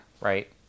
right